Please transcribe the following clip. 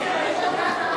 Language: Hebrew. שיתאמץ,